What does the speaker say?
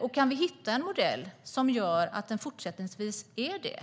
Om det går att hitta en modell som gör att det även i fortsättningen finns en fri